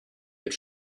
wird